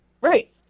Right